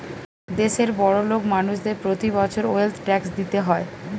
দেশের বড়োলোক মানুষদের প্রতি বছর ওয়েলথ ট্যাক্স দিতে হয়